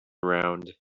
around